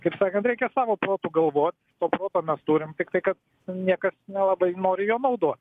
kaip sakant reikia savo protu galvot o proto mes turim tiktai kad niekas nelabai nori jo naudot